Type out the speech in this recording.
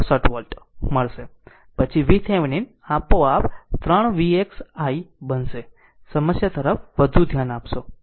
64 volt મળશે પછી VThevenin આપોઆપ 3 Vx i બનશે સમસ્યા તરફ ધ્યાન આપશો